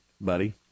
buddy